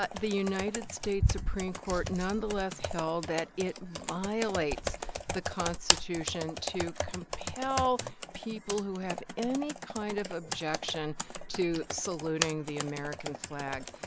but the united states supreme court nonetheless held that it violates the constitution to compel people who have any kind of objection to saluting the american flag.